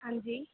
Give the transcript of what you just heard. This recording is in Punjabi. ਹਾਂਜੀ